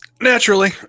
naturally